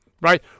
right